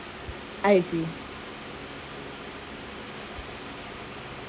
I agree